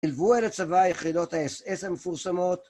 נלוו אל הצבא היחידות האס אס המפורסמות